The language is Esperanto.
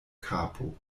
kapo